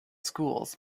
schools